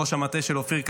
ראש המטה של אופיר כץ,